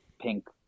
pink